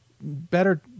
better